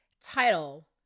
title